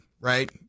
right